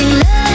love